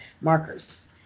markers